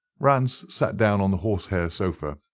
rance sat down on the horsehair sofa,